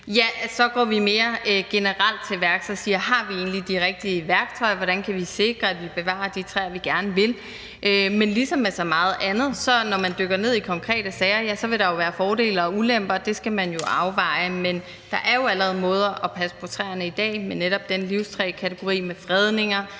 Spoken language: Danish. – så går vi mere generelt til værks og spørger: Har vi egentlig de rigtige værktøjer? Hvordan kan vi sikre, at vi bevarer de træer, vi gerne vil? Men ligesom med så meget andet gælder det, at der, når man dykker ned i konkrete sager, vil være fordele og ulemper, og dem skal man jo afveje. Men der er jo allerede måder at passe på træerne på i dag – netop med den livstræskategori, med fredninger,